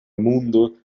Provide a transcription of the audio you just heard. mundo